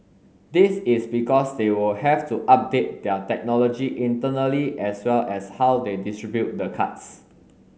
this is because they will have to update their technology internally as well as how they distribute the cards